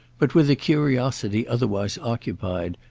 but, with a curiosity otherwise occupied,